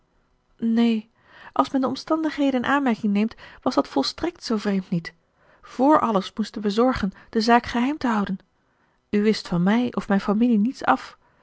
neen als men de omstandigheden in aanmerking neemt was dat volstrekt zoo vreemd niet vr alles moesten we zorgen de zaak geheim te houden u wist van mij of mijn familie niets af